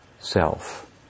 self